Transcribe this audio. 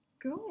Good